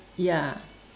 ya